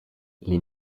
les